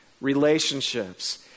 relationships